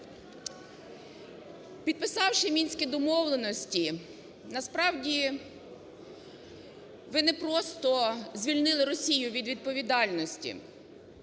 Підписавши Мінські домовленості насправді ви не просто звільнили Росію від відповідальності